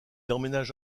emménage